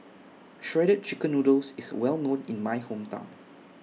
Shredded Chicken Noodles IS Well known in My Hometown